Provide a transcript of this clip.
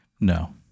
No